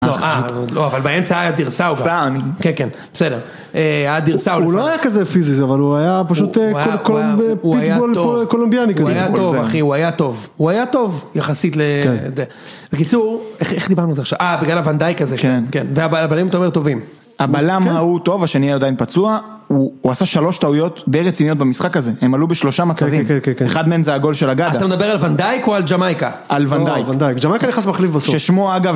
לא, אבל באמצע היה דירסאול. סתם? כן, כן, בסדר. היה דירסאול. הוא לא היה כזה פיזי, אבל הוא היה פשוט... הוא היה טוב. הוא היה טוב, אחי, הוא היה טוב. הוא היה טוב, יחסית לזה. בקיצור, איך דיברנו על זה עכשיו? אה, בגלל הוונדאייק הזה. כן, כן. והבלמים, אתה אומר, טובים. הבלם ההוא טוב, השני היה עדיין פצוע? הוא עשה שלוש טעויות די רציניות במשחק הזה. הם עלו בשלושה מצבים. כן, כן, כן. אתה מדבר על וונדאייק או על ג'מאיקה? על וונדאייק. ג'מאיקה נכנס מחליף בסוף.